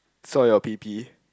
so your P_P